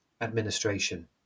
administration